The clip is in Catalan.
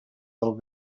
del